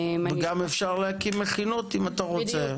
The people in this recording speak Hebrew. וגם אפשר להקים מכינות אם אתה רוצה,